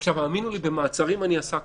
האמינו לי, במעצרים אני עסקתי,